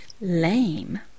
lame